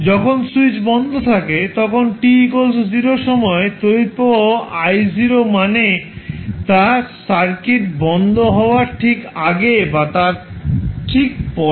যখন স্যুইচ বন্ধ থাকে তখন t0 সময়ে তড়িৎ প্রবাহ I0 মানে তা সার্কিট বন্ধ হওয়ার ঠিক আগে বা তার ঠিক পরে